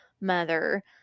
mother